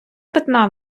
питна